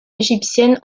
égyptienne